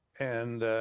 and